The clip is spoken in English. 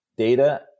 data